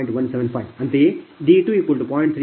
175 ಅಂತೆಯೇ d20